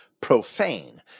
profane